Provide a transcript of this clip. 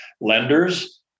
Lenders